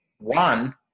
one